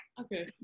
Okay